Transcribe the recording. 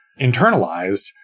internalized